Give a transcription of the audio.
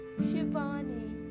Shivani